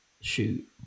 Shoot